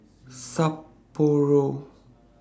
Sapporo